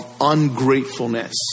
ungratefulness